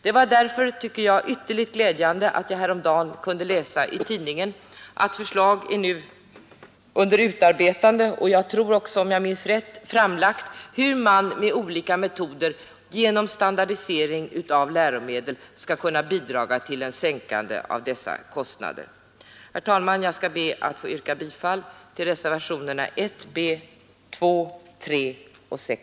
Det var därför ytterligt glädjande att jag häromdagen kunde läsa i tidningen att förslag om detta är under utarbetande — och om jag minns rätt också framlagt — nämligen hur man med olika metoder genom standardisering av läromedel skall kunna bidra till en sänkning av dessa kostnader. Herr talman! Jag ber att få yrka bifall till reservationerna 1 b, 2, 3 och 6b.